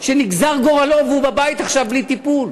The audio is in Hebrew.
שנגזר גורלו והוא בבית עכשיו בלי טיפול.